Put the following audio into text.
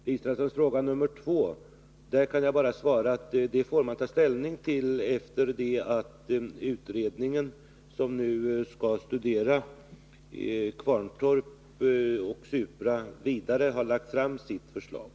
På Per Israelssons andra fråga kan jag bara svara att man får ta ställning efter det att utredningen, som nu skall studera Kvarntorp och Supra vidare, har lagt fram sitt förslag.